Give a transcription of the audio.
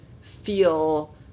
feel